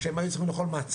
כאשר הם היו צריכים לאכול מצה